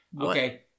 Okay